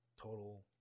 total